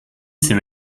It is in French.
s’est